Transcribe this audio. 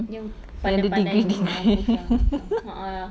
pandai-pandai tinggi nak mampus uh uh